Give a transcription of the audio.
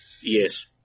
Yes